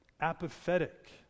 apathetic